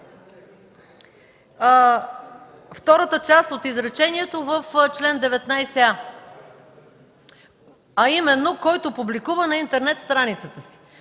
втората част от изречението в чл. 19а, а именно: „който публикува на интернет страницата”.